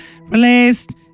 released